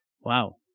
Wow